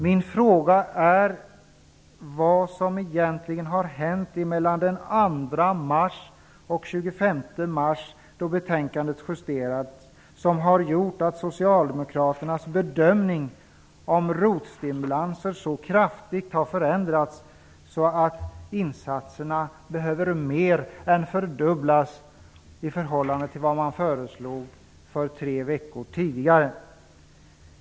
Min fråga är vad som egentligen har hänt mellan den 2 mars och 24 mars då betänkandet justerades, som har gjort att socialdemokraternas bedömning om ROT-stimulanser så kraftigt har förändrats att insatserna behöver mer än fördubblas i förhållande till vad de föreslog tre veckor tidigare.